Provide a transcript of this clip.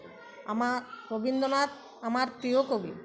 আমার রবীন্দ্রনাথ আমার প্রিয় কবি